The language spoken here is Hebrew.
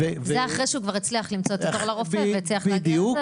זה אחרי שהוא כבר הצליח למצוא את התור לרופא והצליח --- בדיוק.